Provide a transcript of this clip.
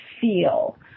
feel